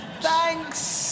thanks